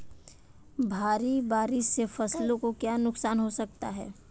भारी बारिश से फसलों को क्या नुकसान हो सकता है?